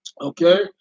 Okay